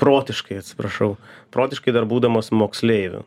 protiškai atsiprašau protiškai dar būdamas moksleiviu